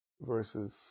versus